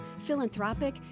philanthropic